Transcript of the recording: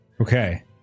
Okay